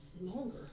longer